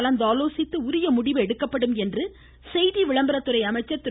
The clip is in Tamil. கலந்து ஆலோசித்து முடிவெடுக்கப்படும் என்று செய்தி விளம்பரத்துறை அமைச்சர் திரு